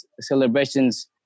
celebrations